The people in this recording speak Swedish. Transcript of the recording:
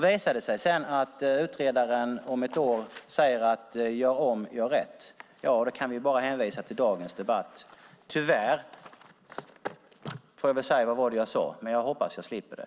Visar det sig att utredaren om ett år säger att man ska göra om och göra rätt kan vi bara hänvisa till dagens debatt. Tyvärr får jag väl säga: Vad var det jag sade? Men jag hoppas att jag slipper det.